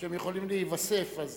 וזה יכול להיווסף, אז